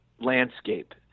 landscape